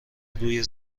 روی